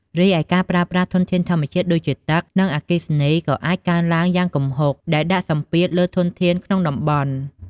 រីឯ ការប្រើប្រាស់ធនធានធម្មជាតិដូចជាទឹក និងអគ្គិសនីក៏អាចកើនឡើងយ៉ាងគំហុក ដែលដាក់សម្ពាធលើធនធានក្នុងតំបន់។